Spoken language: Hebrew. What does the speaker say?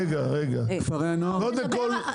סליחה, הוא מדבר על דברים אחרים.